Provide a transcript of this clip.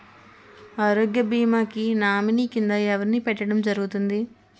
ఆరోగ్య భీమా కి నామినీ కిందా ఎవరిని పెట్టడం జరుగతుంది?